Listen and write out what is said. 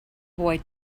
boy